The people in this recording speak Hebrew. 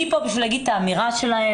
אני כאן כדי לומר את האמירה שלהם,